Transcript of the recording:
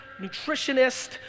nutritionist